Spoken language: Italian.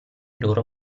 loro